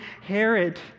Herod